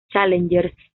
challenger